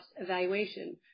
evaluation